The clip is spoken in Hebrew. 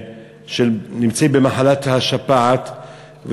נמצאים במחלת השפעת,